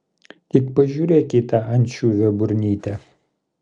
tik pažiūrėk į tą ančiuvio burnytę